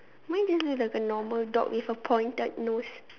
mine really like a normal dog with a pointed nose